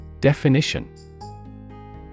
Definition